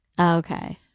okay